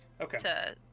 Okay